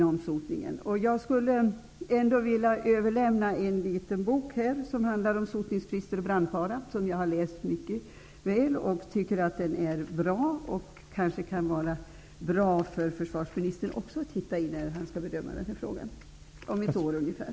Jag skulle till försvarsministern vilja överlämna en liten bok som handlar om sotningsfrister och brandfara. Jag har läst den, och jag tycker att den bra. Kanske kan den också vara bra för försvarsministern att titta i när han skall bedöma den här frågan om ungefär ett år.